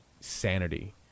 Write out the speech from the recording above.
sanity